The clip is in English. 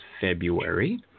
February